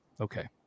okay